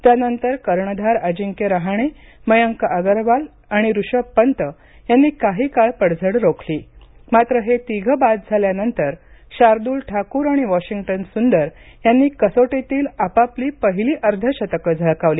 त्यानंतर कर्णधार अजिंक्य रहाणे मयांक अगरवाल आणि ऋषभ पंत यांनी काही काळ पडझड रोखली मात्र हे तिघे बाद झाल्यानंतर शार्दुल ठाकूर आणि वाशिंग्टन सुंदर यांनी कसोटीतील आपापली पहिली अर्धशतके झळकावली